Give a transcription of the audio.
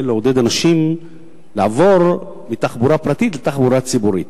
לעודד אנשים לעבור מתחבורה פרטית לתחבורה ציבורית.